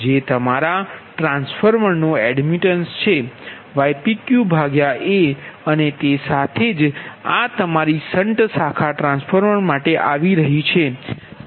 જે તમારા ટ્રાન્સફોર્મર નો એડમિટન્સ છે ypq aઅને તે સાથે જ આ તમારી શાન્ટ શાખા ટ્રાન્સફોર્મર માટે આવી રહી છે